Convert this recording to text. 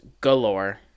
galore